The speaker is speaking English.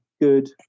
good